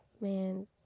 man